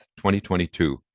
2022